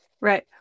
Right